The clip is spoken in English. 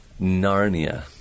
Narnia